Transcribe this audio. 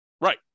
Right